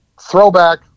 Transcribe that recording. throwback